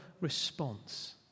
response